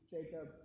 Jacob